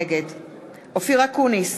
נגד אופיר אקוניס,